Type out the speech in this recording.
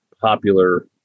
popular